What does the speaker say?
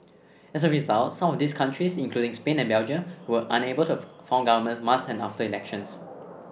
as a result some of these countries including Spain and Belgium were unable to form governments months after elections